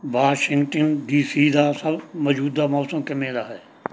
Washington DC ਦਾ ਮੌਜੂਦਾ ਮੌਸਮ ਕਿਵੇਂ ਦਾ ਹੈ